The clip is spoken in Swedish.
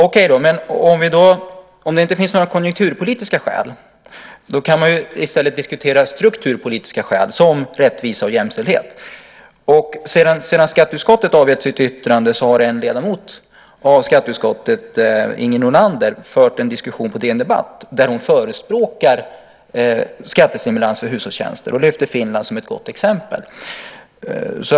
Okej, men om det inte finns några konjunkturpolitiska skäl kan man ju i stället diskutera strukturpolitiska skäl som rättvisa och jämställdhet. Sedan skatteutskottet avgett sitt yttrande har en ledamot av skatteutskottet, Inger Nordlander, fört en diskussion på DN Debatt där hon förespråkar skattestimulans för hushållstjänster och lyfter Finland som ett gott exempel.